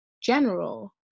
general